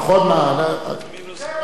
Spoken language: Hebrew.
זה מה שנשאר,